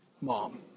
mom